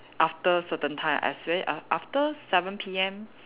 after certain time especially af~ after seven P_M